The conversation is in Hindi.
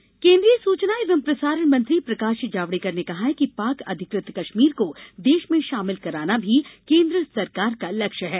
जावडेकर इंदौर केन्द्रीय सूचना एवं प्रसारण मंत्री प्रकाश जावड़ेकर ने कहा है कि पाक अधिकृत कश्मीर को देश में शामिल कराना भी केन्द्र सरकार का लक्ष्य है